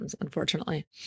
unfortunately